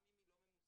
גם אם היא לא ממוסדת.